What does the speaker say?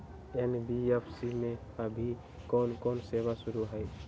NBFC में अभी कोन कोन सेवा शुरु हई?